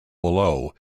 below